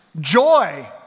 joy